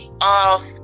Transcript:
off